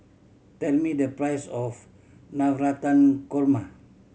tell me the price of Navratan Korma